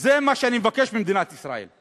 זה מה שאני מבקש ממדינת ישראל.